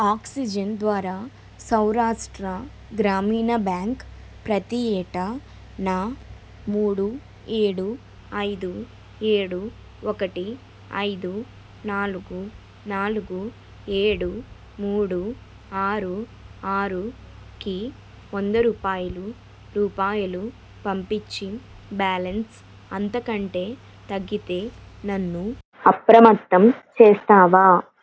oxygen ద్వారా Saurashtra Gramin bank ప్రతీ ఏటా నా మూడు ఏడు ఐదు ఏడు ఒకటి ఐదు నాలుగు నాలుగు ఏడు మూడు ఆరు ఆరుకి వంద రూపాయలు రూపాయలు పంపించి బ్యాలెన్స్ అంతకంటే తగ్గితే నన్ను అప్రమత్తం చేస్తావా